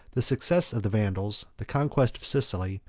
the success of the vandals, the conquest of sicily,